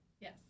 Yes